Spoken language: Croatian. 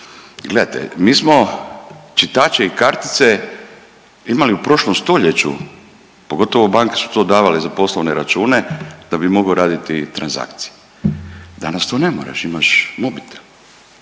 Gledajte mi smo čitače i kartice imali u prošlom stoljeću pogotovo banke su to davale za poslovne račune da bi mogao raditi transakcije. Danas to ne moraš, imaš mobitel.